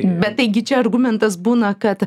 bet taigi čia argumentas būna kad